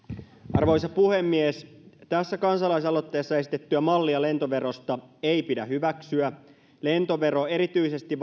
arvoisa puhemies kansalaisaloitteessa esitettyä mallia lentoverosta ei pidä hyväksyä lentovero erityisesti